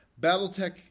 BattleTech